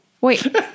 Wait